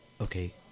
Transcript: okay